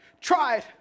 tried